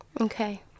Okay